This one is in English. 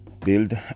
build